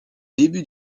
début